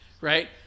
right